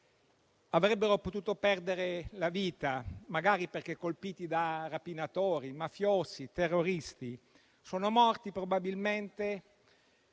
Avrebbero potuto perdere la vita magari perché colpiti da rapinatori, mafiosi, terroristi e sono morti probabilmente